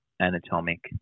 anatomic